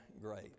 great